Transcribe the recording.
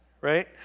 right